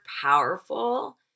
powerful